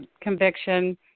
conviction